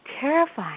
terrifying